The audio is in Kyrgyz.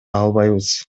албайбыз